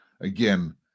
again